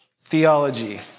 theology